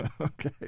Okay